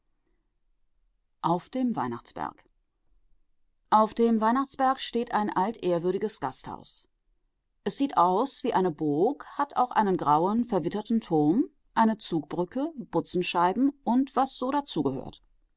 auf dem weihnachtsberg auf dem weihnachtsberg steht ein altehrwürdiges gasthaus es sieht aus wie eine burg hat auch einen grauen verwitterten turm eine zugbrücke butzenscheiben und was so dazu gehört